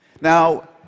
Now